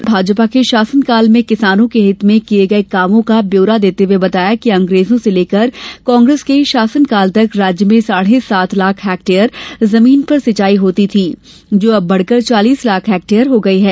श्री चौहान ने भाजपा के शासनकाल में किसानो के हित में किये गये कामो का ब्यौरा देते हुए बताया कि अंग्रेजों से लेकर कांग्रेस के शासनकाल तक राज्य में साढ़े सात लाख हेक्टेयर जमीन पर सिंचाई होती थी जो अब बढ़कर चालीस लाख हेक्टेयर हो गई है